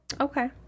Okay